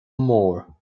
mór